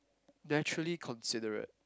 naturally considerate